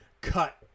cut